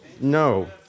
No